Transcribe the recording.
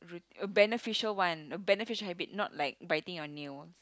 a beneficial one a beneficial habit not like biting your nail